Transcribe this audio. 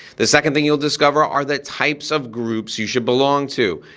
the second thing you'll discover are the types of groups you should belong to.